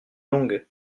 longue